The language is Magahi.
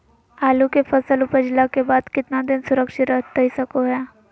आलू के फसल उपजला के बाद कितना दिन सुरक्षित रहतई सको हय?